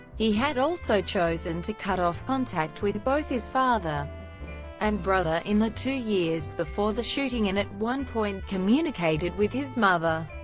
he had also chosen to cut off contact with both his father and brother in the two years before the shooting and at one point communicated with his mother,